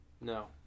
No